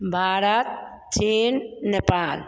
Bharat Cheen Nepal